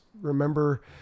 remember